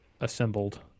assembled